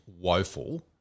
woeful